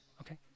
okay